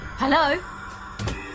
Hello